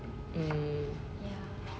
mm